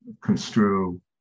construe